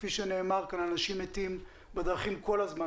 כפי שנאמר כאן אנשים מתים בדרכים כל הזמן,